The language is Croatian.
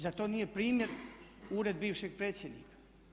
Zar to nije primjer Ured bivšeg predsjednika?